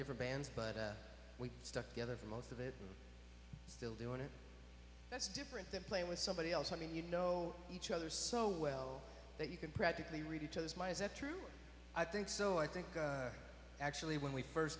different bands but we stuck together for most of it still doing it that's different than play with somebody else i mean you know each other so well that you can practically read each other's my is it true i think so i think actually when we first